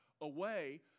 away